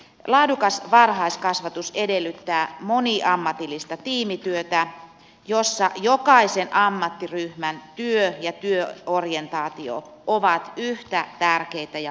laadukas varhaiskasvatus edellyttää moniammatillista tiimityötä jossa jokaisen ammattiryhmän työ ja työorientaatio ovat yhtä tärkeitä ja arvostettuja